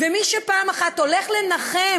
ומי שפעם אחת הולך לנחם